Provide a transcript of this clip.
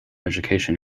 education